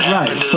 right